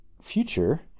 future